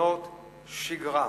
ובקרונות שגרה.